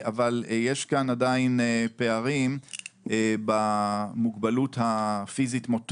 אבל יש כאן עדיין פערים במוגבלות הפיסית-מוטורית,